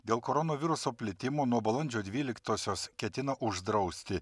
dėl koronaviruso plitimo nuo balandžio dvyliktosios ketina uždrausti